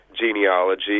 genealogy